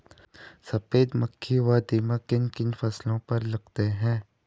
सफेद मक्खी व दीमक किन किन फसलों पर लगते हैं?